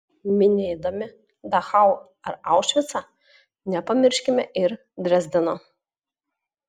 minėdami dachau ar aušvicą nepamirškime ir drezdeno